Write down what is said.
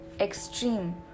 extreme